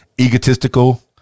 egotistical